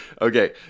Okay